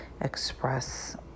express